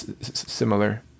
similar